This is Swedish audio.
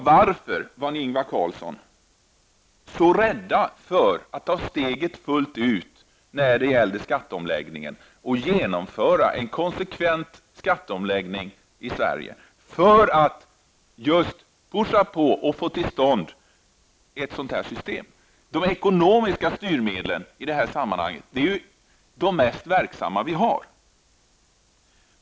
Varför är Ingvar Carlsson så rädd för att ta steget fullt ut när det gäller skatteomläggningen och genomföra en konsekvent sådan i Sverige för att pusha på och få till stånd ett system av detta slag? De ekonomiska styrmedlen är i det här sammanhanget de mest verksamma som vi har.